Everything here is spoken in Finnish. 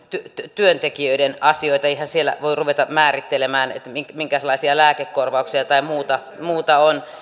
työntekijöiden asioita eihän siellä voi ruveta määrittelemään minkälaisia lääkekorvauksia tai muuta muuta on